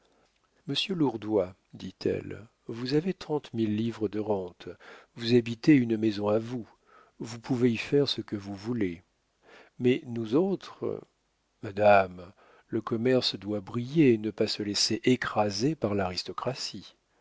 lourdois dit-elle vous avez trente mille livres de rente vous habitez une maison à vous vous pouvez y faire ce que vous voulez mais nous autres madame le commerce doit briller et ne pas se laisser écraser par l'aristocratie